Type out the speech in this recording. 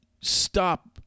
stop